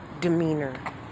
demeanor